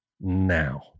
now